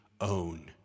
own